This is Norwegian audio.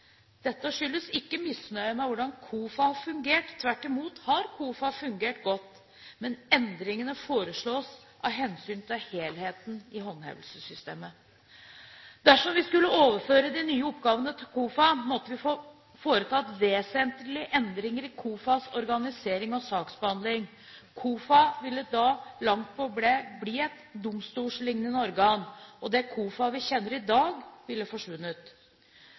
Dette skyldes ikke misnøye med hvordan KOFA har fungert, tvert imot har KOFA fungert godt. Men endringen foreslås av hensyn til helheten i håndhevelsessystemet. Dersom vil skulle overføre de nye oppgavene til KOFA, måtte vi foretatt vesentlige endringer i KOFAs organisering og saksbehandling. KOFA ville da langt på vei blitt et domstolslignende organ, og det KOFA vi kjenner i dag, ville forsvunnet.